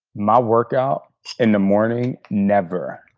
my workout in the morning never,